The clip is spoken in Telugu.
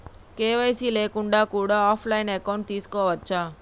కే.వై.సీ లేకుండా కూడా ఆఫ్ లైన్ అకౌంట్ తీసుకోవచ్చా?